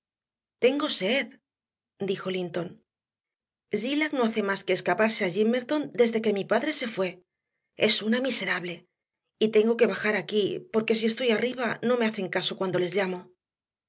tengo sed dijo linton zillah no hace más que escaparse a gimmerton desde que mi padre se fue es una miserable y tengo que bajar aquí porque si estoy arriba no me hacen caso cuando les llamo